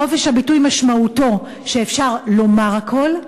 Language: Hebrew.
חופש הביטוי משמעותו שאפשר לומר הכול,